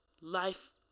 life